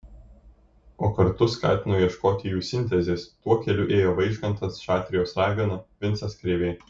o kartu skatino ieškoti jų sintezės tuo keliu ėjo vaižgantas šatrijos ragana vincas krėvė